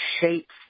shapes